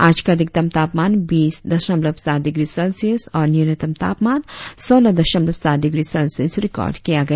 आज का अधिकतम तापमान बीस दशमलव सात डिग्री सेल्सियस और न्यूनतम तापमान सोलह दशमलव सात डिग्री सेल्सियस रिकार्ड किया गया